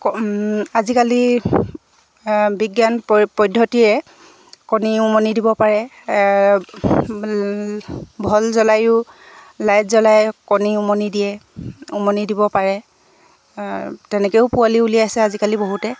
ক আজিকালি বিজ্ঞান প পদ্ধতিৰে কণী উমনি দিব পাৰে ভল জ্বলায়ো লাইট জ্বলাই কণী উমনি দিয়ে উমনি দিব পাৰে তেনেকেও পোৱালি উলিয়াইছে আজিকালি বহুতে